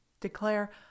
Declare